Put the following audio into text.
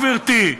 גברתי,